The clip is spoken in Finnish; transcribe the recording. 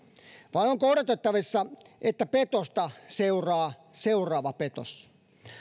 vai onko odotettavissa että petosta seuraa seuraava petos